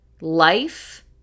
Life